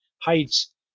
heights